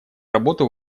работу